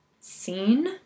scene